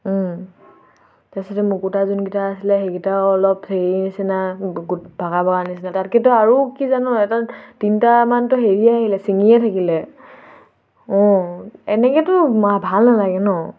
তাৰছতে মুকুতা যোনকেইটা আছিলে সেইকেইটাও অলপ হেৰি নিচিনা গো ভাগা ভগা নিচিনা তাতকেইতো আৰু কি জানো এ তাত তিনিটামানতো হেৰিয়ে আহিলে ছিঙিয়ে থাকিলে অঁ এনেকৈতো ভাল নালাগে ন